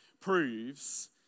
proves